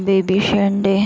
baby Shende